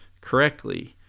correctly